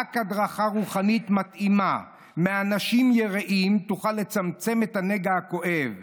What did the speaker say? רק הדרכה רוחנית מתאימה מאנשים יראים תוכל לצמצם את הנגע הכואב,